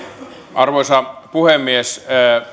arvoisa puhemies